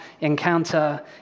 encounter